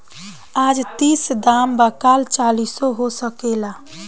आज तीस दाम बा काल चालीसो हो सकेला